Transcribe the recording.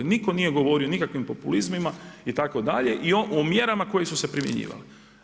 Nitko nije govorio o nikakvim populizmima itd. i o mjerama koje su se primjenjivale.